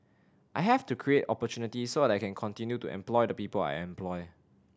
I have to create opportunity so I can continue to employ the people I employ